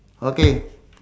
okay